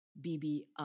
BB